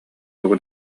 тугу